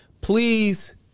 please